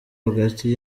hagati